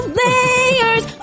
layers